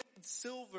silver